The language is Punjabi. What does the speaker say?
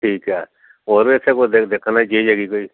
ਠੀਕ ਹੈ ਔਰ ਇੱਥੇ ਕੋਈ ਦੇ ਦੇਖਣ ਲਈ ਚੀਜ਼ ਹੈਗੀ ਕੋਈ